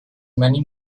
many